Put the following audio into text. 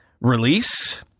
release